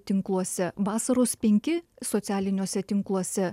tinkluose vasaros penki socialiniuose tinkluose